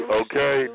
okay